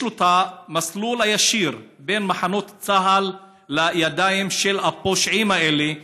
יש לו מסלול ישיר ממחנות צה"ל לידיים של הפושעים האלה,